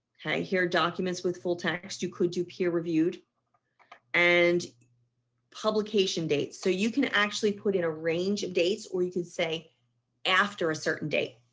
okay. here documents with full text, you could do peer reviewed and publication dates so you can actually put in a range of dates, or you can say after a certain date.